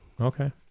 Okay